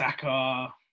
Saka